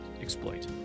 exploit